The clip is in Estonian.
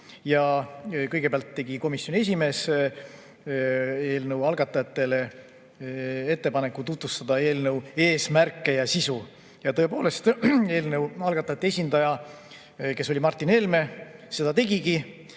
Kõigepealt tegi komisjoni esimees eelnõu algatajatele ettepaneku tutvustada eelnõu eesmärke ja sisu. Ja tõepoolest, eelnõu algatajate esindaja, kes oli Martin Helme, seda tegigi.